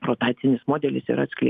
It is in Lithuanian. rotacinis modelis ir atskleidė